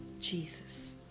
Jesus